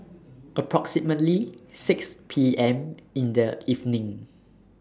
approximately six P M in The evening